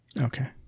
Okay